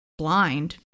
blind